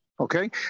Okay